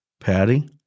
Patty